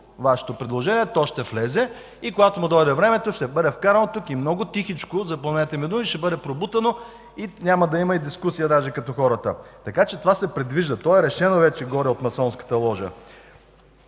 Вашето предложение. То ще влезе и когато му дойде времето, ще бъде вкарано тук и много тихичко – запомнете ми думата – ще бъде пробутано и няма да има и дискусия даже като хората. Така че това се предвижда. То е решено вече, горе, от масонската ложа.